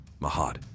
Mahad